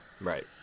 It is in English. Right